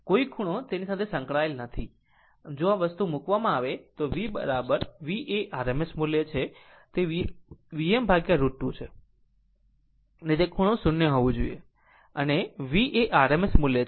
જો આ વસ્તુમાં મૂકવામાં આવે તો V V V એ RMS મૂલ્ય છે તે Vm√ 2 છે અને તે ખૂણો 0 હોવું જોઈએ કહો અને V એ RMS મૂલ્ય છે